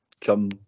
come